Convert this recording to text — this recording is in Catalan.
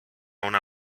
una